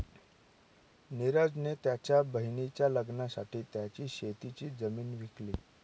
निरज ने त्याच्या बहिणीच्या लग्नासाठी त्याची शेतीची जमीन विकली